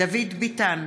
דוד ביטן,